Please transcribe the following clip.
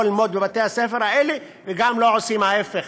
ללמוד בבתי-הספר האלה וגם לא עושים ההפך.